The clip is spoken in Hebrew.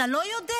אתה לא יודע?